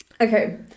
Okay